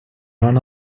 run